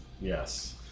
Yes